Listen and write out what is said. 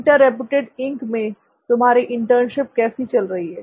inter reputed inc मैं तुम्हारी internship कैसी चल रही है